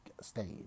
stage